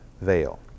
veil